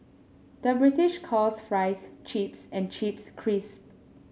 the British calls fries chips and chips crisps